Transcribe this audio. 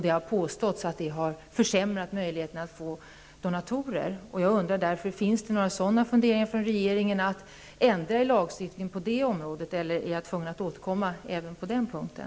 Det har påståtts att detta har försämrat möjligheterna att få donatorer. Jag undrar därför om det finns några funderingar hos regeringen att ändra i lagstiftningen på det området, eller är jag tvungen att återkomma även på den punkten?